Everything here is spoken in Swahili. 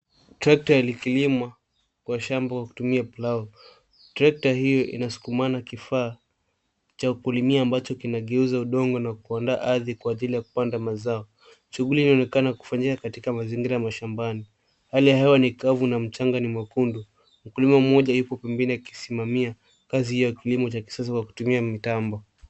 Trekta likilima kwa shamba kwa kutumia [plau].Trekta hio inasukumana na kifaa cha kulimia ambacho kinageuza udongo na kuoda ardhi kwa ajili ya kupada mazao. Shughuli inaonekana kufanyika katika mazingira ya mashambani. Hali ya hewa ni kavu na mchanga ni mwekudu. Mkulima mmoja yupo pembeni akisimamia kazi hiyo ya kilimo cha kisasa kwa kutumia mtambo.